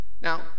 Now